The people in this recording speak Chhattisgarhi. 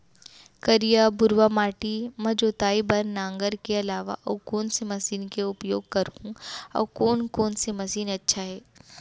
करिया, भुरवा माटी म जोताई बार नांगर के अलावा अऊ कोन से मशीन के उपयोग करहुं अऊ कोन कोन से मशीन अच्छा है?